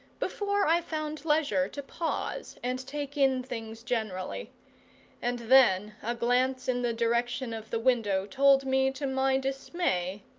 before i found leisure to pause and take in things generally and then a glance in the direction of the window told me, to my dismay,